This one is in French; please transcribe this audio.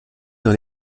dans